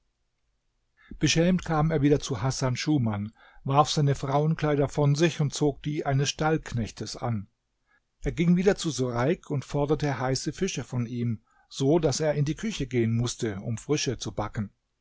beschämt kam er wieder zu hasan schuman warf seine frauenkleider von sich und zog die eines stallknechtes an er ging wieder zu sureik und forderte heiße fische von ihm so daß er in die küche gehen mußte um frische zu backen